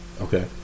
Okay